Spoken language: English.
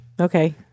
Okay